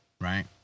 right